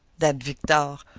that victor!